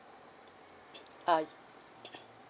err